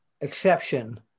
exception